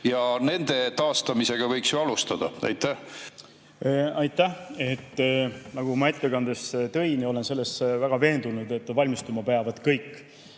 ja nende taastamisega võiks alustada. Aitäh! Nagu ma ettekandes välja tõin ja olen selles väga veendunud: valmistuma peavad kõik.